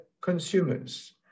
consumers